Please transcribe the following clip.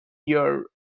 year